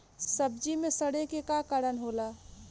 सब्जी में सड़े के का कारण होला?